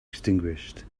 extinguished